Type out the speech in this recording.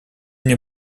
мне